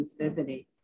inclusivity